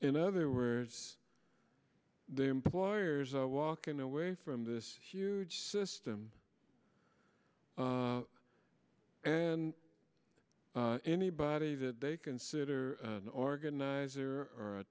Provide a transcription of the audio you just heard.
in other words the employers are walking away from this huge system and anybody that they consider an organizer or a